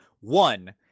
One